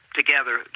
together